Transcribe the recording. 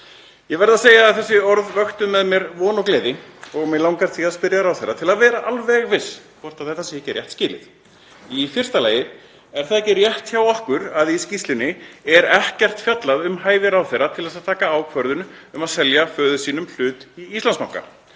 Ég verð að segja að þessi orð vöktu með mér von og gleði og mig langar því að spyrja ráðherra til að vera alveg viss hvort þetta sé ekki rétt skilið, í fyrsta lagi: Er það ekki rétt hjá okkur að í skýrslunni er ekkert fjallað um hæfi ráðherra til að taka ákvörðun um að selja föður sínum hlut í Íslandsbanka?